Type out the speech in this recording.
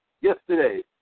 yesterday